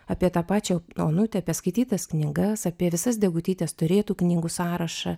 apie tą pačią onutę apie skaitytas knygas apie visas degutytės turėtų knygų sąrašą